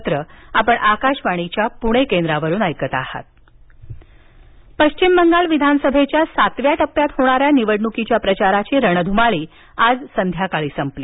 पश्चिम बंगाल पश्चिम बंगालविधानसभेच्या सातव्या टप्प्यात होणाऱ्या निवडणुकीच्या प्रचाराची रणधुमाळी आज संध्याकाळी संपली